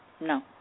No